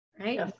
right